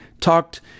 talked